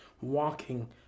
walking